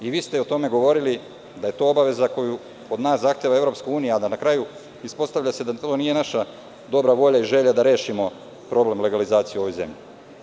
Govorili ste da je to obaveza koju od nas zahteva EU, a da se na kraju ispostavljada to nije naša dobra volja i želja da rešimo problem legalizacije u ovoj zemlji.